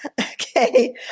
Okay